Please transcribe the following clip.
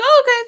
okay